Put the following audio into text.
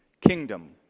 kingdom